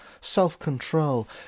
self-control